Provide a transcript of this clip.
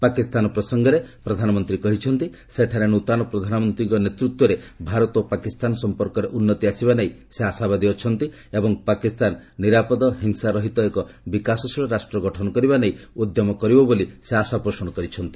ପାକିସ୍ତାନ ପ୍ରସଙ୍ଗରେ ପ୍ରଧାନମନ୍ତ୍ରୀ କହିଛନ୍ତି ସେଠାରେ ନୃତନ ପ୍ରଧାନମନ୍ତ୍ରୀଙ୍କ ନେତୃତ୍ୱରେ ଭାରତ ଓ ପାକିସ୍ତାନ ସମ୍ପର୍କରେ ଉନ୍ନତି ଆସିବା ନେଇ ସେ ଆଶାବାଦୀ ଅଛନ୍ତି ଏବଂ ପାକିସ୍ତାନ ନିରାପଦ ହିଂସାରହିତ ଏକ ବିକାଶଶୀଳ ରାଷ୍ଟ୍ର ଗଠନ କରିବା ନେଇ ଉଦ୍ୟମ କରିବ ବୋଲି ସେ ଆଶା କରିଛନ୍ତି